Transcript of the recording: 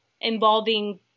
Involving